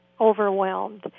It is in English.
overwhelmed